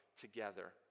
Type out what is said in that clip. together